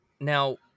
Now